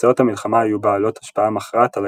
תוצאות המלחמה היו בעלות השפעה מכרעת על